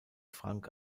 frank